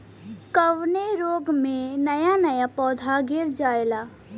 कवने रोग में नया नया पौधा गिर जयेला?